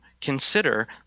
consider